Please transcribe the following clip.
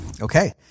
Okay